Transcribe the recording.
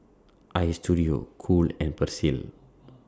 Istudio Cool and Persil